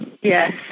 Yes